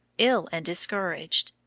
ill and discouraged.